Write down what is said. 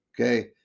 okay